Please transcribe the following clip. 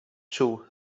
czuł